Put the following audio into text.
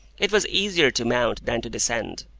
it was easier to mount than to descend,